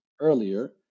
earlier